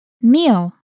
Meal